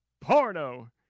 porno